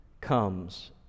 comes